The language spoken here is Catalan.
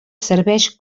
serveix